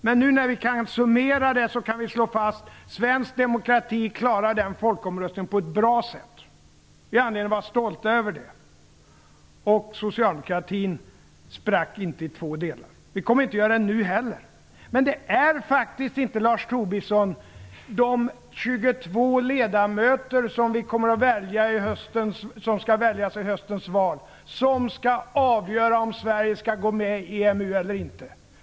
Men när vi nu kan summera det, kan vi slå fast: Svensk demokrati klarade den folkomröstningen på ett bra sätt. Vi har anledning att vara stolta över det. Socialdemokratin sprack inte i två delar. Vi kommer inte att göra det nu heller. Men det är inte, Lars Tobisson, de 22 ledamöter som skall väljas i höstens val som skall avgöra om Sverige skall gå med i EMU eller inte.